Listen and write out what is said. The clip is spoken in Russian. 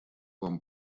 вам